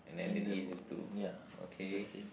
and the ya is the same